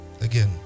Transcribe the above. again